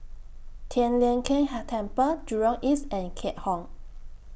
Tian Leong Keng Temple Jurong East and Keat Hong